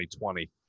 2020